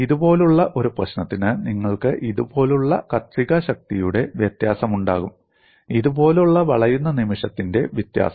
ഇതുപോലുള്ള ഒരു പ്രശ്നത്തിന് നിങ്ങൾക്ക് ഇതുപോലുള്ള കത്രിക ശക്തിയുടെ വ്യത്യാസമുണ്ടാകും ഇതുപോലുള്ള വളയുന്ന നിമിഷത്തിന്റെ വ്യത്യാസം